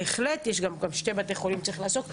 בהחלט יש גם שני בתי חולים שצריך לעשות.